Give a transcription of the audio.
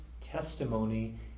testimony